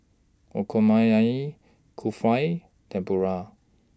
Okonomiyaki Kulfi Tempura